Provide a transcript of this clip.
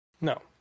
No